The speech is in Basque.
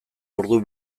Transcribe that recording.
ordu